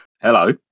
Hello